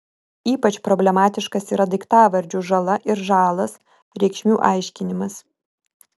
ypač problemiškas yra daiktavardžių žala ir žalas reikšmių aiškinimas